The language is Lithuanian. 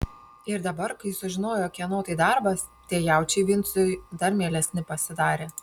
ir dabar kai sužinojo kieno tai darbas tie jaučiai vincui dar mielesni pasidarė